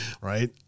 right